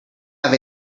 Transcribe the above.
have